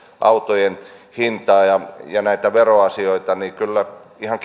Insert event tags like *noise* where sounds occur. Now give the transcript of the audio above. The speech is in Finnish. autojen hintaa ja ja näitä veroasioita niin kyllä ihan *unintelligible*